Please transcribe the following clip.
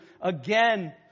again